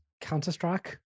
Counter-Strike